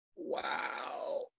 Wow